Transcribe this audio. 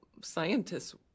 scientists